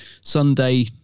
Sunday